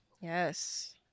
yes